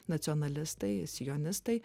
nacionalistai sionistai